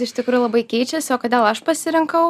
iš tikrųjų labai keičiasi o kodėl aš pasirinkau